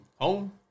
Home